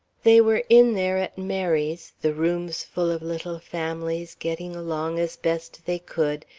they were in there at mary's, the rooms full of little families, getting along as best they could,